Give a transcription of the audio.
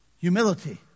Humility